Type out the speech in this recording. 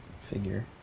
figure